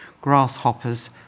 Grasshoppers